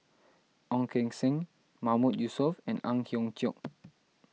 Ong Keng Sen Mahmood Yusof and Ang Hiong Chiok